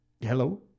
Hello